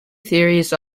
theories